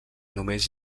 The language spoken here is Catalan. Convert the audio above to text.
només